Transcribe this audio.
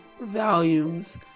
volumes